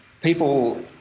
people